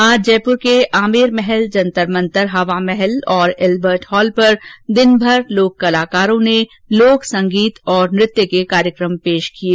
आज जयपुर के आमेर महल जंतर मंतर हवा महल और अल्बर्ट हॉल पर दिनभर लोक कलाकारों ने लोक संगीत और नृत्य के कार्यक्रम पेश किये